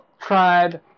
tried